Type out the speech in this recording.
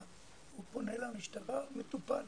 הוא פונה למשטרה, אומרים לו מטופל.